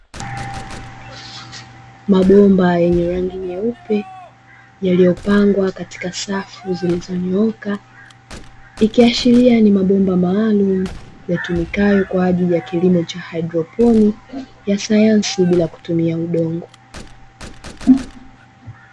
Mabomba yenye rangi nyeupe yaliyopangwa katika safu zilizonyoka, ikiashiria ni mabomba maalumu yatumikayo kwa ajili ya kilimo cha haidroponi ya sayansi bila kutumia udongo.